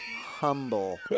humble